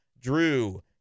Drew